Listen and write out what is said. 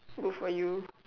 good for you